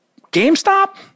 GameStop